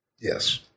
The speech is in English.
Yes